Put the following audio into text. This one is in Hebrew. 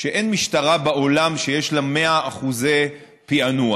שאין משטרה בעולם שיש לה 100% פענוח.